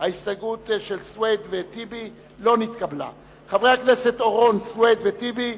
ההסתייגות של חברי הכנסת חנא סוייד, אחמד טיבי,